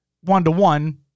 One-to-one